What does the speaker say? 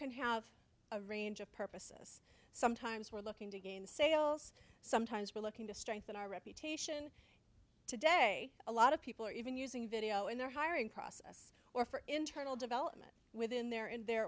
can have a range of purposes sometimes we're looking to gain sales sometimes we're looking to strengthen our reputation today a lot of people are even using video in their hiring process or for internal development within their in their